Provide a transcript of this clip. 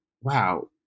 wow